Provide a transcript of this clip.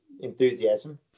enthusiasm